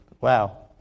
Wow